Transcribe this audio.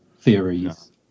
theories